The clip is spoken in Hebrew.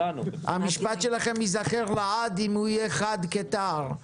המשפט שלכם ייזכר לעד אם הוא יהיה חד כתער.